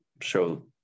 show